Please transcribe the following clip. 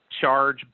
charge